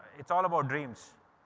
it's all about dreams.